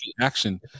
action